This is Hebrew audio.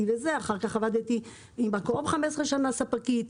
אחר כך עבדתי בקו-אופ 15 שנה כספקית.